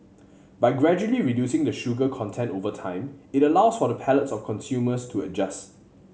by gradually reducing the sugar content over time it allows for the palates of consumers to adjust